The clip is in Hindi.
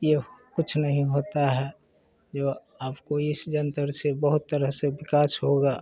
ये कुछ नहीं होता है जो आपको इस जन्तर से बहुत तरह से विकास होगा